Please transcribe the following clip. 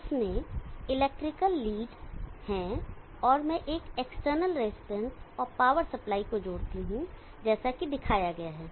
इसमें electrical leads हैं और मैं एक एक्सटर्नल रेजिस्टेंस और पावर सप्लाई को जोड़ता हूं जैसा कि दिखाया गया है